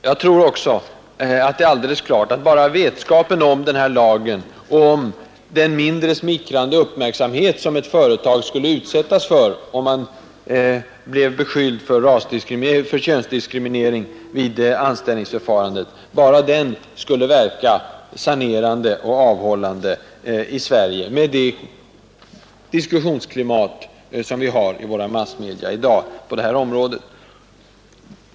Jag tror också att bara vetskapen om denna lag och om den mindre smickrande uppmärksamhet, som ett företag skulle utsättas för om det blev beskyllt för könsdiskriminering vid anställningsförfarandet, skulle verka sanerande med tanke på det diskussionsklimat som råder i våra massmedia på detta område.